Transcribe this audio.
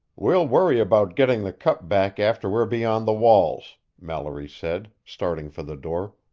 we'll worry about getting the cup back after we're beyond the walls, mallory said, starting for the door.